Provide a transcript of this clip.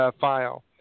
file